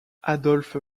adolphe